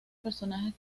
personajes